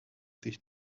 sich